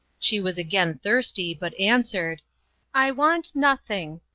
she was again thirsty, but answered i want nothing.